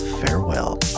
Farewell